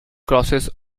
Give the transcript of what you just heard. crosses